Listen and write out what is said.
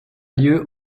lieu